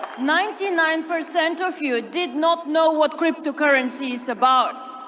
ninety nine percent of you did not know what cryptocurrency is about